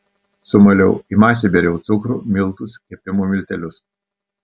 sumaliau į masę bėriau cukrų miltus kepimo miltelius